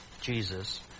Jesus